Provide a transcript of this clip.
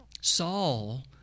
Saul